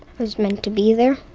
was meant to be there